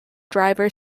driver